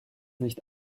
nicht